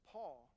Paul